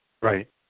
Right